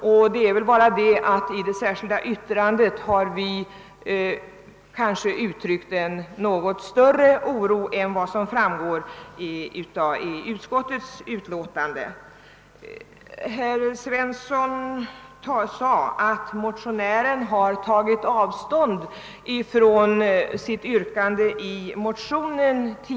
Skillnaden är väl bara att vi i det särskilda yttrandet har uttryckt en något större oro på den punkten än som framgår av utskottets utlåtande. Herr Svensson i Eskilstuna sade att motionären har tagit avstånd från sitt tidigare yrkande i motionen.